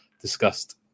discussed